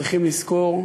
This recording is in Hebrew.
צריכים לזכור,